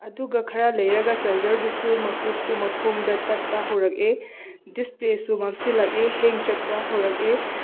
ꯑꯗꯨꯒ ꯈꯔ ꯂꯩꯔꯒ ꯆꯥꯔꯖꯔꯗꯨꯁꯨ ꯃꯀꯣꯛꯇꯨ ꯃꯈꯣꯡꯗ ꯇꯠꯄ ꯍꯧꯔꯛꯑꯦ ꯗꯤꯁꯄ꯭ꯂꯦꯁꯨ ꯃꯝꯁꯤꯜꯂꯛꯑꯦ ꯍꯦꯡ ꯆꯠꯄ ꯍꯧꯔꯛꯑꯦ